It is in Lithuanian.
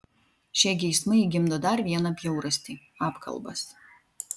šie geismai gimdo dar vieną bjaurastį apkalbas